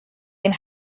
ein